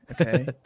Okay